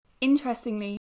Interestingly